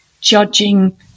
judging